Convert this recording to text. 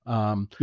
um,